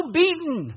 beaten